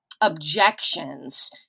objections